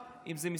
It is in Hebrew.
אם זו השפה,